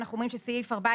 אנחנו אומרים - (ו) סעיף 14ב(1)